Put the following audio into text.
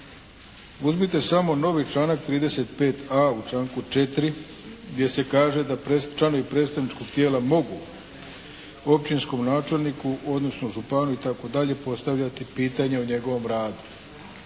Uzmite samo novi članak 35.a., u članku 4., gdje se kaže da članovi predstavničkog tijela mogu općinskog načelniku odnosno županu itd., postavljati pitanja o njegovom radu.